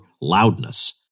loudness